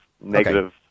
negative